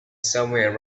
somewhere